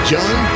John